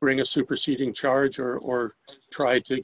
bring a superseding charger or try to